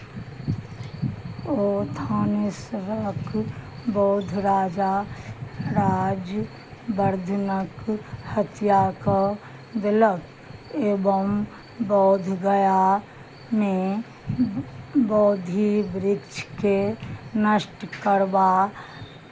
ओ थानेश्वरक बौद्ध राजा राजवर्द्धनक हत्या कऽ देलक एवम बौद्धगयामे बौद्धि वृक्षकेँ नष्ट करबा